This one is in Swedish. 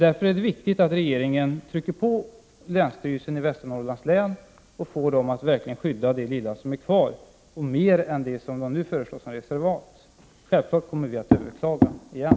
Därför är det viktigt att regeringen verkligen försöker få länsstyrelsen i Västernorrlands län att skydda det lilla som är kvar — mer än det som nu föreslås som reservat. Självfallet kommer vi att överklaga igen.